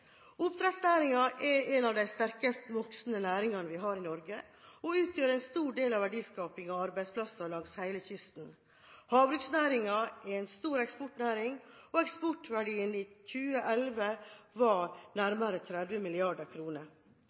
er en av de sterkest voksende næringene i Norge, og den utgjør en stor del av verdiskapingen og arbeidsplassene langs hele kysten. Havbruksnæringen er en stor eksportnæring, og eksportverdien i 2011 var nærmere 30